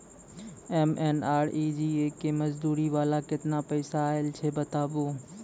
MNREGA के मज़दूरी वाला केतना पैसा आयल छै बताबू?